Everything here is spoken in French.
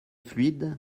fluide